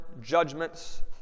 judgments